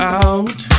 out